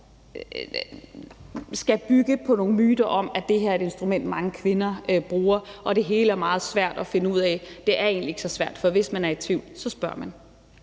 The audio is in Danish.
skal bygge på nogle myter om, at det her er noget, mange kvinder bruger, og at det hele er meget svært at finde ud af. Det er egentlig ikke så svært, så hvis man er i tvivl, spørger man.